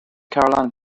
carolina